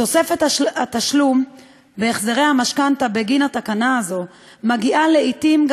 תוספת התשלום בהחזרי המשכנתה בגין התקנה הזאת מגיעה לעתים גם